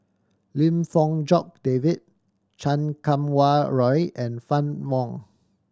Lim Fong Jock David Chan Kum Wah Roy and Fann Wong